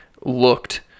looked